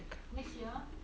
next year